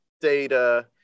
data